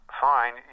fine